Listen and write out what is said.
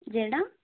జడ